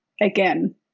again